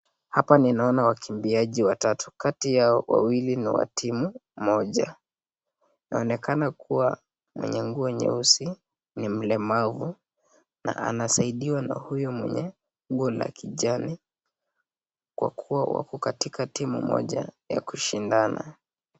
Hapa ninaona wakimbiaji watatu, kati yao wawili ni wa timu moja. Inaonekana kuwa mwenye nguo nyeusi ni mlemavu na anasaidiwa na huyu mwenye nguo la kijani kwa kuwa wako katika timu mmoja ya kushindana.